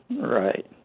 right